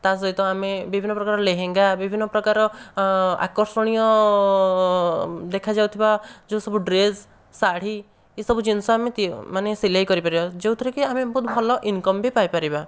ତା ସହିତ ଆମେ ବିଭିନ୍ନ ପ୍ରକାରର ଲେହେଙ୍ଗା ବିଭିନ୍ନ ପ୍ରକାର ଆକର୍ଷଣୀୟ ଦେଖାଯାଉଥିବା ଯେଉଁ ସବୁ ଡ୍ରେସ୍ ଶାଢ଼ୀ ଏ ସବୁ ଜିନିଷ ଆମେ ତିଆ ମାନେ ସିଲେଇ କରିପାରିବା ଯେଉଁଥିରେ ଆମେ ମାନେ ଭଲ ଇନ୍କମ ଭି ପାଇପାରିବା